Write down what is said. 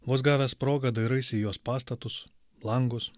vos gavęs progą dairaisi į jos pastatus langus